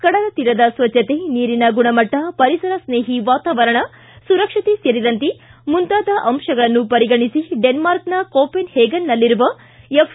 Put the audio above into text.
ಕಡಲತೀರದ ಸ್ವಜ್ಞತೆ ನೀರಿನ ಗುಣಮಟ್ಟ ಪರಿಸರ ಸ್ನೇಹಿ ವಾತಾವರಣ ಸುರಕ್ಷತೆ ಸೇರಿದಂತೆ ಮುಂತಾದ ಅಂಶಗಳನ್ನು ಪರಿಗಣಿಸಿ ಡೆನ್ಮಾರ್ಕ್ನ ಕೋಪೆನ್ ಹೆಗನ್ನಲ್ಲಿರುವ ಎಫ್